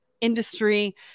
industry